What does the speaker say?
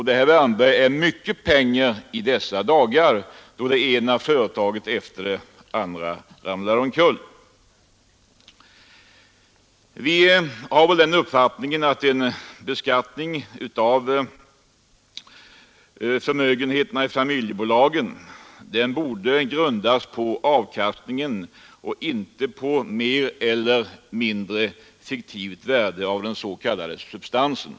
Det är, herr Wärnberg, mycket pengar i dessa dagar då det ena företaget efter det andra ramlar omkull. Vi har väl den uppfattningen att en beskattning av förmögenheterna i familjebolagen borde grundas på avkastningen och inte på ett mer eller mindre fiktivt värde av den s.k. substansen.